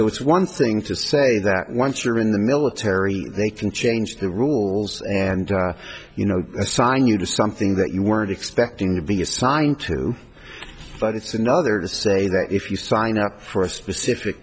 it's one thing to say that once you're in the military they can change the rules and you know assign you to something that you weren't expecting to be assigned to but it's another to say that if you sign up for a specific